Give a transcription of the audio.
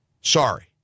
Sorry